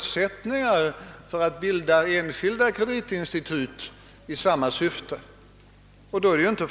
Men nu går jag alltså in på kapitalmarknadsproblemen.